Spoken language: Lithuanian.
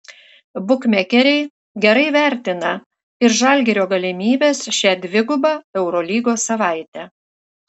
bukmekeriai gerai vertina ir žalgirio galimybes šią dvigubą eurolygos savaitę